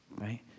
right